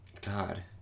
God